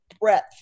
breadth